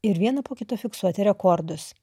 ir vieną po kito fiksuoti rekordus